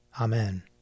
Amen